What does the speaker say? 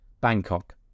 Bangkok